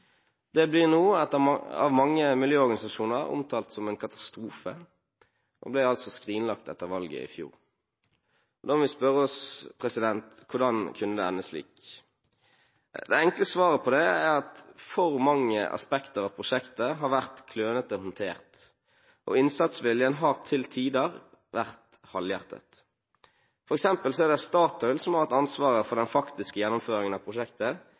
Det blir nå av mange miljøorganisasjoner omtalt som en katastrofe, og ble altså skrinlagt etter valget i fjor. Da må vi spørre oss: Hvordan kunne det ende slik? Det enkle svaret på det er at for mange aspekter av prosjektet har vært klønete håndtert, og innsatsviljen har til tider vært halvhjertet. For eksempel er det Statoil som har hatt ansvaret for den faktiske gjennomføringen av prosjektet,